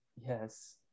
Yes